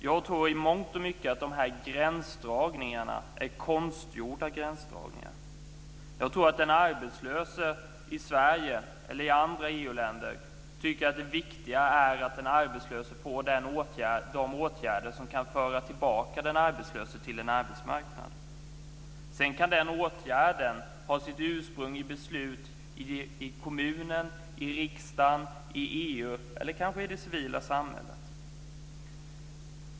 Jag tror i mångt och mycket att gränsdragningarna är konstgjorda. Jag tror att den arbetslöse i Sverige eller i andra EU-länder tycker att det viktiga är att han eller hon får de åtgärder som kan föra tillbaka till en arbetsmarknad - sedan kan den åtgärden ha sitt ursprung i beslut i kommunen, i riksdagen, i EU eller kanske i det civila samhället.